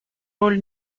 роль